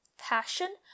passion